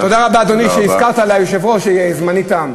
תודה רבה, אדוני, שהזכרת ליושב-ראש שזמני תם.